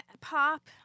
pop